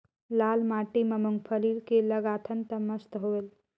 लाल माटी म मुंगफली के लगाथन न तो मस्त होयल?